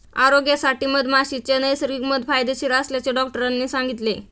आरोग्यासाठी मधमाशीचे नैसर्गिक मध फायदेशीर असल्याचे डॉक्टरांनी सांगितले